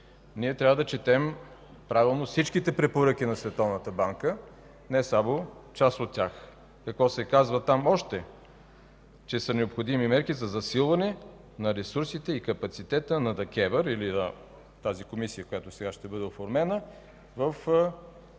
Трябва да четем правилно всичките препоръки на Световната банка, не само част от тях. Какво още се казва там? Че са необходими мерки за засилване на ресурсите и капацитета на ДКЕВР или на тази комисия, която сега ще бъде оформена в